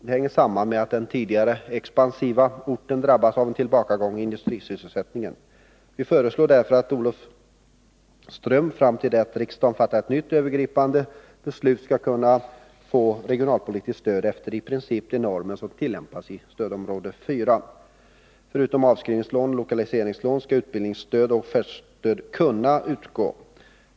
Det hänger samman med att den tidigare expansiva orten drabbats av en tillbakagång i industrisysselsättningen. Vi föreslår därför att Olofström fram till dess att riksdagen har fattat ett nytt övergripande beslut skall kunna få regionalpolitiskt stöd efter i princip de normer som tillämpas i stödområde 4. Förutom avskrivningslån och lokaliseringslån skall utbildningsstöd och offertstöd kunna utgå.